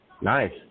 Nice